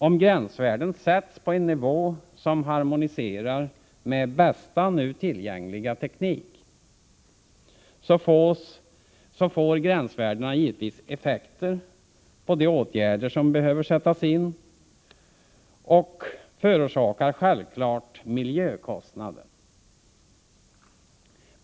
Om gränsvärden sätts på en nivå som harmoniserar med bästa nu tillgängliga teknik, får gränsvärdena givetvis effekter på de åtgärder som behöver sättas in och förorsakar självfallet miljökostnader.